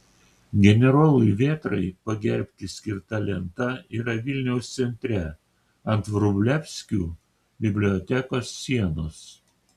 generolui vėtrai pagerbti skirta lenta yra vilniaus centre ant vrublevskių bibliotekos sienos